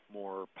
more